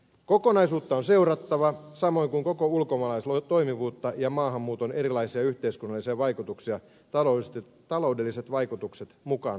kokonaisuutta on seurattava samoin kuin koko ulkomaalaislain toimivuutta ja maahanmuuton erilaisia yhteiskunnallisia vaikutuksia taloudelliset vaikutukset mukaan lukien